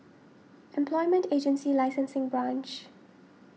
Employment Agency Licensing Branch